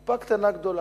עכשיו,